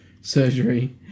surgery